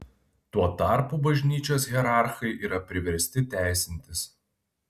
tuo tarpu bažnyčios hierarchai yra priversti teisintis